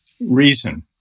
reason